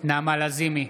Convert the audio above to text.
נעמה לזימי,